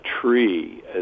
tree